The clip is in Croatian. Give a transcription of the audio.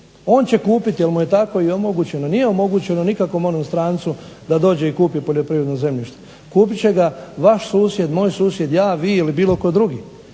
On će kupiti jer mu je tako i omogućeno. Nije omogućeno nikakvom onom strancu da dođe i kupi poljoprivredno zemljište, kupit će ga vaš susjed, moj susjed, ja, vi ili bilo tko drugi.